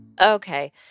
Okay